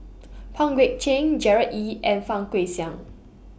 Pang Guek Cheng Gerard Ee and Fang Guixiang